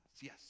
Yes